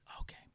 Okay